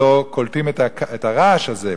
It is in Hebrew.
לא קולטים את הרעש הזה,